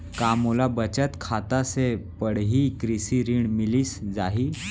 का मोला बचत खाता से पड़ही कृषि ऋण मिलिस जाही?